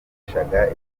isura